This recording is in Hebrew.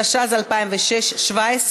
התשע"ז 2017,